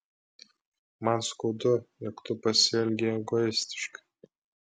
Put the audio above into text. man skaudu jog tu pasielgei egoistiškai